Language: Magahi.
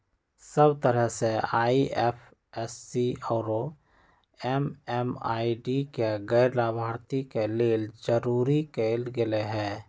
सब तरह से आई.एफ.एस.सी आउरो एम.एम.आई.डी के गैर लाभार्थी के लेल जरूरी कएल गेलई ह